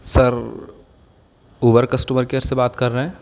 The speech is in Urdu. سر اوبر کسٹمر کیئر سے بات کر رہے ہیں